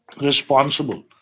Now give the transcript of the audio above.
responsible